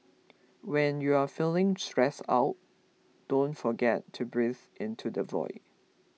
when you are feeling stressed out don't forget to breathe into the void